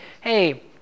hey